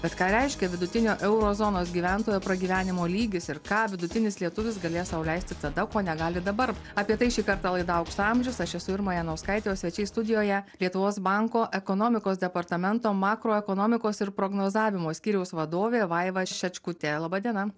bet ką reiškia vidutinio euro zonos gyventojo pragyvenimo lygis ir ką vidutinis lietuvis galės sau leisti tada ko negali dabar apie tai šį kartą laida aukso amžius aš esu irma janauskaitė o svečiai studijoje lietuvos banko ekonomikos departamento makroekonomikos ir prognozavimo skyriaus vadovė vaiva šečkutė laba diena